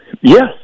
Yes